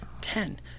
ten